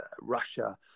Russia